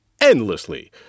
endlessly